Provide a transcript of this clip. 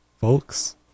Folks